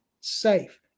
safe